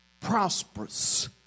prosperous